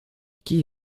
qui